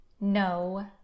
No